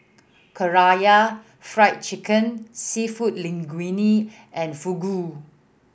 Karaage Fried Chicken Seafood Linguine and Fugu